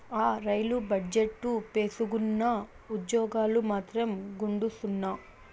ఆ, రైలు బజెట్టు భేసుగ్గున్నా, ఉజ్జోగాలు మాత్రం గుండుసున్నా